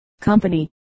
company